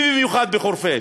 ובמיוחד בחורפיש,